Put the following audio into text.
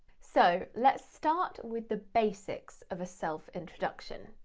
so, let's start with the basics of a self introduction.